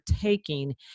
taking